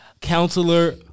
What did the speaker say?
Counselor